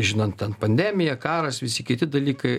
žinant ten pandemija karas visi kiti dalykai